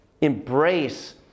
embrace